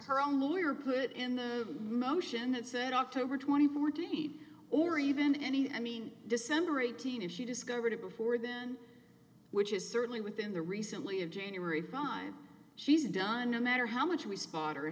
her own lawyer put in the motion that said october twenty fourth twenty or even any i mean december eighteenth if she discovered it before then which is certainly within the recently of january prime she's done no matter how much we spot or